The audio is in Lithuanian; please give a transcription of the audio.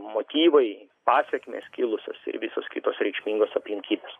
motyvai pasekmės kilusios ir visos kitos reikšmingos aplinkybės